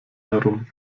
herum